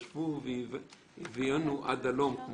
ישבו והביאונו עד הלום.